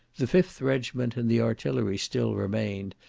the fifth regiment and the artillery still remained,